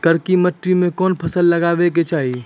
करकी माटी मे कोन फ़सल लगाबै के चाही?